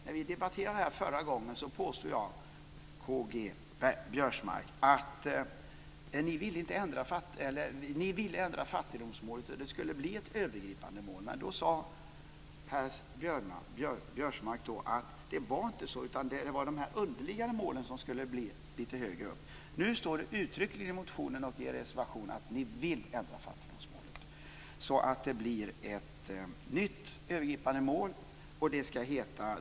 När vi debatterade detta förra gången påstod jag, K-G Biörsmark, att ni ville ändra fattigdomsmålet och att det skulle bli ett övergripande mål. Men då sade herr Biörsmark att det inte var så, utan att det var de underliggande målen som skulle hamna lite högre upp. Nu står det uttryckligen i motionen och i er reservation att ni vill ändra fattigdomsmålet så att det blir ett nytt övergripande mål.